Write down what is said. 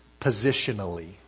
positionally